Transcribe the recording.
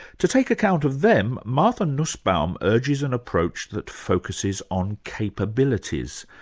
to take account of them, martha nussbaum urges an approach that focuses on capabilities.